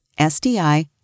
SDI